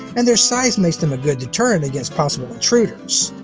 and their size makes them good deterrents against possible intruders.